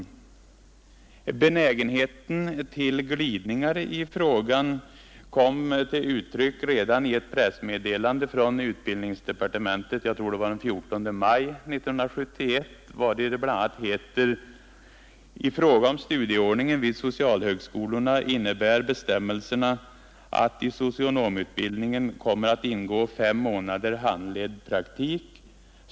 Benägenheten till glidningar i frågan kom till uttryck redan i ett pressmeddelande från utbildningsdepartementet den 14 maj 1971, vari det bl.a. heter: ”I fråga om studieordningen vid socialhögskolorna innebär bestämmelserna att i socionomutbildningen kommer att ingå fem månader handledd praktik.